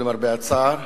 למרבה הצער,